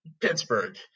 Pittsburgh